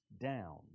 down